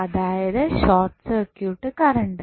അതായത് short circuit current